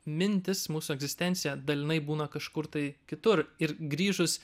mintys mūsų egzistencija dalinai būna kažkur tai kitur ir grįžus